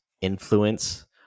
influence